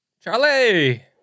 Charlie